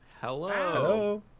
Hello